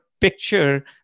picture